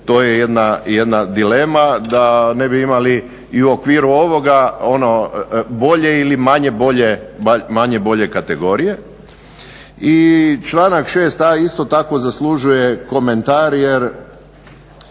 to je jedna dilema da ne bi imali i u okviru ovoga ono bolje ili manje bolje kategorije. I članak 6a. isto tako zaslužuje komentar jer